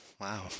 wow